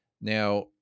Now